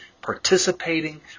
participating